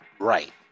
right